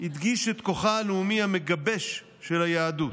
הדגיש את כוחה הלאומי המגבש של היהדות.